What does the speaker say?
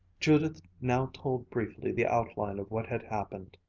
judith now told briefly the outline of what had happened.